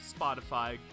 Spotify